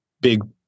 big –